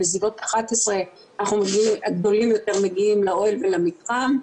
בסביבות 23:00 הגדולים יותר מגיעים לאוהל ולמתחם.